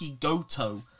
Goto